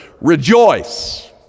rejoice